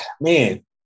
man